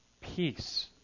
peace